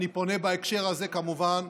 אני פונה בהקשר הזה, כמובן,